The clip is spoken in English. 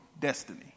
destiny